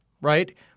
right